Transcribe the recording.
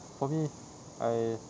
for me I